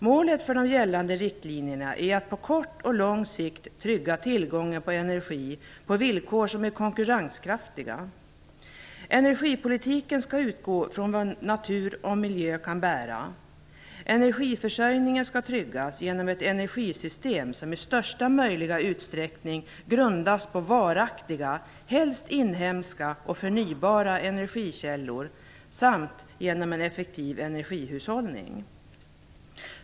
Målet för de gällande riktlinjerna är att på kort och lång sikt trygga tillgången på energi på villkor som är konkurrenskraftiga. Energipolitiken skall utgå från vad natur och miljö kan bära. Energiförsörjningen skall tryggas genom ett energisystem som i största möjliga utsträckning skall grundas på varaktiga, helst inhemska och förnybara, energikällor samt genom en effektiv energihushållning.